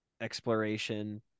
exploration